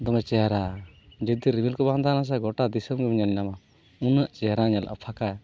ᱫᱚᱢᱮ ᱪᱮᱦᱨᱟ ᱡᱩᱫᱤ ᱨᱤᱢᱤᱞ ᱠᱚ ᱵᱟᱝ ᱛᱟᱦᱮᱱᱟ ᱥᱮ ᱜᱚᱴᱟ ᱫᱤᱥᱚᱢ ᱜᱮᱢ ᱧᱮᱞ ᱧᱟᱢᱟ ᱩᱱᱟᱹᱜ ᱪᱮᱦᱨᱟ ᱧᱮᱞᱚᱜᱼᱟ ᱯᱷᱟᱸᱠᱟ